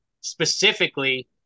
specifically